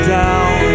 down